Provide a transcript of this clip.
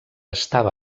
estava